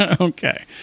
Okay